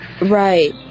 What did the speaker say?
right